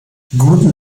guten